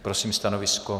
Prosím stanovisko?